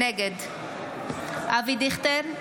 נגד אבי דיכטר,